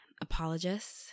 apologists